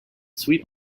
sweet